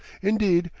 indeed,